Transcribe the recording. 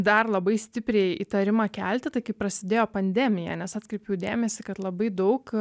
dar labai stipriai įtarimą kelti tai kaip prasidėjo pandemija nes atkreipiau dėmesį kad labai daug